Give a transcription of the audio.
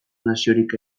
naziorik